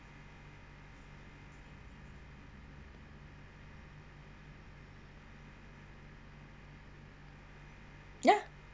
ya